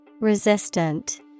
Resistant